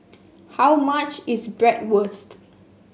how much is Bratwurst